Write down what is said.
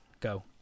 Go